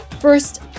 First